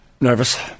nervous